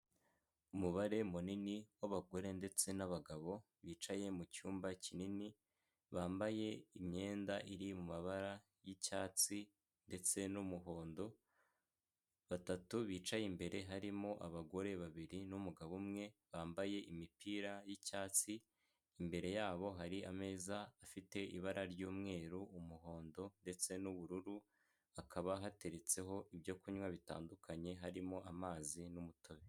Umubare munini w'abagore ndetse n'abagabo, bicaye mucyumba kinini, bambaye imyenda iri mu mabara y'icyatsi ndetse n'umuhondo, batatu bicaye imbere harimo abagore babiri numugabo umwe, bambaye imipira yicyatsi imbere yabo hari ameza afite ibara ry'umweru, umuhondo, ndetse n'ubururu, hakaba hateretseho ibyo kunywa bitandukanye harimo amazi n'umutobe.